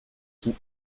sont